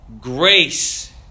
grace